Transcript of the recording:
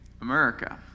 America